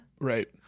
right